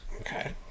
okay